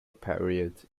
period